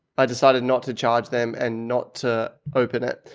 i decided not to charge them and not to open it.